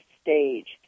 stage